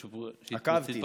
התחייבו, פורסם, הכול עבר,